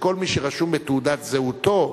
שכל מי שרשום בתעודת זהותו,